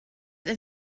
and